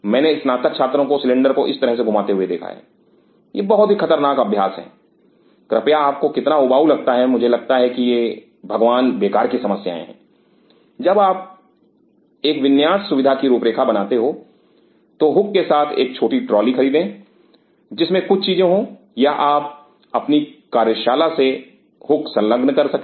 मैंने स्नातक छात्रों को सिलेंडर को इस तरह घुमाते हुए देखा है यह एक बहुत ही खतरनाक अभ्यास है कृपया आपको कितना उबाऊ लगता है मुझे लगता है कि ये भगवान बेकार की समस्याएँ हैं जब आप एक विन्यास सुविधा की रूपरेखा बनाते हैं तो हुक के साथ एक छोटी ट्रॉली खरीदें जिसमें कुछ चीजें हों या आप अपनी कार्यशाला से हुक संलग्न कर सकें